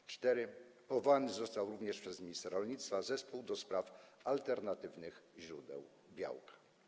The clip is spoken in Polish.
Po czwarte, powołany został również przez ministra rolnictwa Zespół ds. alternatywnych źródeł białka.